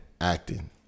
acting